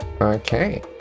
Okay